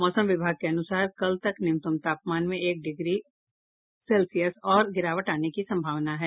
मौसम विभाग के अनुसार कल तक न्यूनतम तापमान में एक डिग्री सेल्सियस और गिरावट आने की सम्भावना है